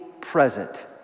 present